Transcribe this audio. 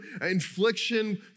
infliction